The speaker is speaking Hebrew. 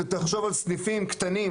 ותחשוב על סניפים קטנים,